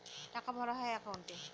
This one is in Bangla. টাকা ভরা হয় একাউন্টে